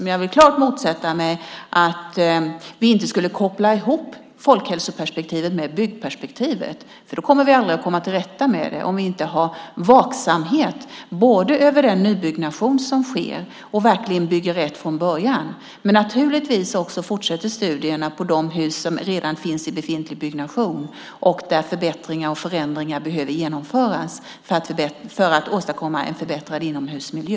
Men jag vill klart motsätta mig detta med att inte koppla ihop folkhälsoperspektivet med byggperspektivet. Vi kommer aldrig till rätta med det om vi inte både har en vaksamhet över den nybyggnation som sker och över att det verkligen byggs rätt från början och, naturligtvis, fortsätter studierna beträffande hus i redan befintlig byggnation och hus där förbättringar och förändringar behöver genomföras för att åstadkomma en bättre inomhusmiljö.